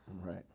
Right